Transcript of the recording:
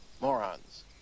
Morons